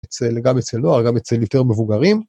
‫גם אצל נוער, גם אצל יותר מבוגרים.